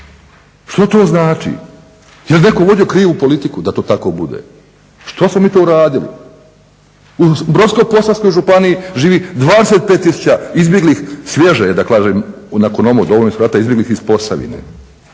Što to znači? Jel' netko vodio krivu politiku da to tako bude. Što smo mi to uradili? U Brodsko-posavskoj županiji živi 25000 izbjeglih svježe da kažem nakon ovog Domovinskog rata izbjeglih iz Posavine.